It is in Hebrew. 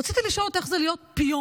רציתי לשאול אותה איך זה להיות פיון,